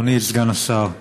אדוני סגן השר,